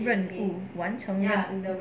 任务完成任务